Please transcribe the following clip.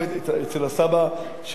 אצל הסבא שלנו,